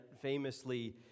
famously